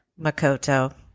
Makoto